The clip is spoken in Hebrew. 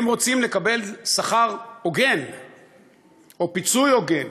הם רוצים לקבל שכר הוגן או פיצוי הוגן